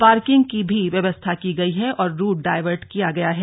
parking की भी व्यवस्था की गई है और रूट डायवर्ट किया गया है